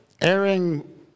airing